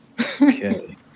Okay